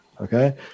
okay